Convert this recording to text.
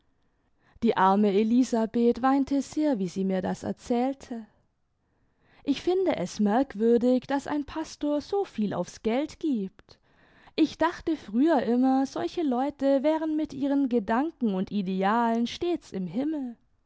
die arme elisabeth weinte sehr wie sie mir das erzählte ich finde es merkwürdig daß ein pastor soviel aufs geld gibt ich dachte früher immer solche leute wären mit ihren gedanken und idealen stets im himmel